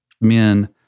men